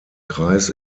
kreis